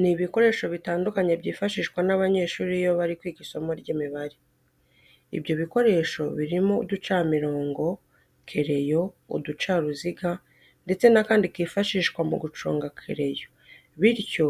Ni ibikoresho bitandukanye byifashishwa n'abanyeshuri iyo bari kwiga isimo ry'Imibare. ibyo bikoresho birimo uducamirongo, kereyo, uducaruziga ndetse n'akandi kifashishwa mu guconga kereyo bityo